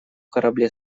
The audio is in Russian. корабле